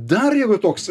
dar jeigu toks